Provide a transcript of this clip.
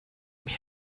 mir